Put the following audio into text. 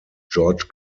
george